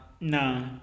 no